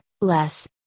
Less